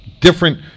different